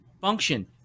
function